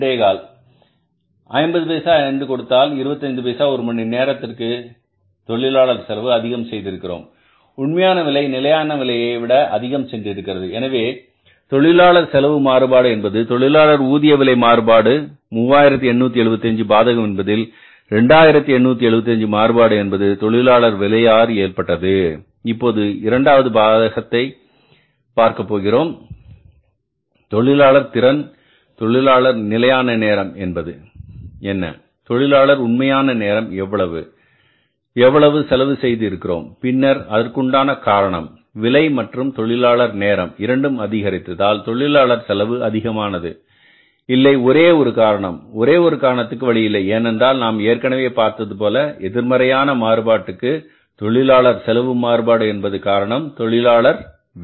25 50 பைசா என்றால் கொடுத்தது 25 பைசா ஒரு மணி நேரத்திற்கு தொழிலாளர் செலவு அதிகம் செய்திருக்கிறோம் உண்மையான விலை நிலையான விலையைவிட அதிகம் சென்றிருக்கிறது எனவே தொழிலாளர் செலவு மாறுபாடு என்பது தொழிலாளர் ஊதிய விலை மாறுபாடு 3875 பாதகம் என்பதில் 2875 மாறுபாடு என்பது தொழிலாளர் விலையால் ஏற்பட்டது இப்போது இரண்டாவது பாகத்தை பார்க்கப் போகிறோம் தொழிலாளர் திறன் தொழிலாளர் நிலையான நேரம் என்பது என்ன தொழிலாளர்களின் உண்மையான நேரம் எவ்வளவு எவ்வளவு செலவு செய்து இருக்கிறோம் பின்னர் அதற்குண்டான காரணம் விலை மற்றும் தொழிலாளர் நேரம் இரண்டும் அதிகரித்ததால் தொழிலாளர் செலவு அதிகமானது இல்லை ஒரே ஒரு காரணம் ஒரே ஒரு காரணத்திற்கு வழியில்லை ஏனென்றால் நாம் ஏற்கனவே பார்த்தது போல எதிர்மறையான மாறுபாடு க்கு தொழிலாளர் செலவு மாறுபாடு என்பதற்கு காரணம் தொழிலாளர் விலை